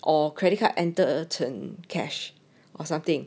or credit card entered a turn cash or something